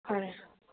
ꯐꯔꯦ